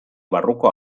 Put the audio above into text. barruko